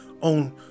on